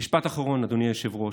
משפט אחרון, אדוני היושב-ראש: